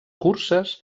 curses